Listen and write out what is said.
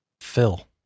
Phil